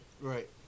Right